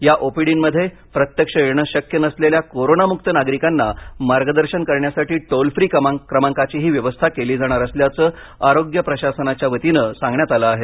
या ओपीडीमध्ये प्रत्यक्ष येणं शक्य नसलेल्या करोनामुक्त नागरिकांना मार्गदर्शन करण्यासाठी टोल फ्री क्रमांकांचीही व्यवस्था केली जाणार असल्याचे आरोग्य प्रशासनाच्यावतीनं सांगण्यात आलं आहे